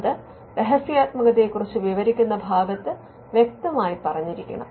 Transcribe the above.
അത് രഹസ്യാത്മകതയെക്കുറിച്ച് വിവരിക്കുന്ന ഭാഗത്ത് വ്യക്തമായി പറഞ്ഞിരിക്കണം